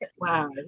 wow